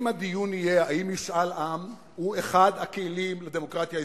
אם הדיון יהיה האם משאל עם הוא אחד הכלים בדמוקרטיה הישראלית,